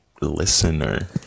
listener